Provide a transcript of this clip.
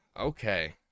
Okay